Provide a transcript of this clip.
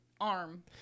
arm